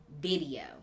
video